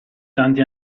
tanti